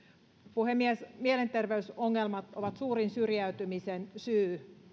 puhemies mielenterveysongelmat ovat suurin syrjäytymisen syy